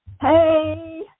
Hey